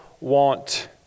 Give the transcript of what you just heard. want